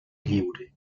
lliure